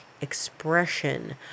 expression